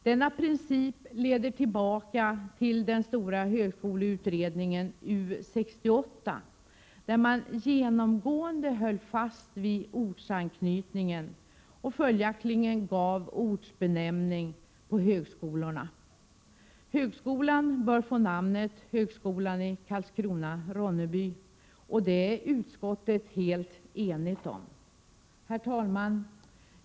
Denna princip leder tillbaka till den stora högskoleutredningen U 68, där man genomgående höll fast vid ortsanknytningen och följaktligen gav högskolorna en ortsbenämning. Den nya högskolan bör, som sagt, få namnet högskolan Karlskrona-Ronneby. Detta är utskottet helt enigt om. Herr talman!